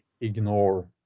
ignore